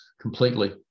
completely